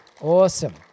Awesome